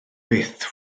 byth